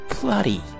Bloody